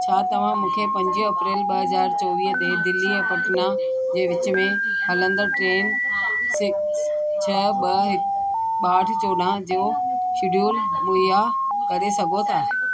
छा तव्हां मूंखे पंजवीह अप्रैल ॿ हज़ार चोवीह ते दिल्ली ऐं पटना जे विच में हलंदड़ ट्रेन सिक्स छह ॿ हिकु ॿाहठि चोॾहं जो शेड्यूल मुहैया करे सघो था